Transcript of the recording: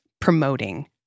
promoting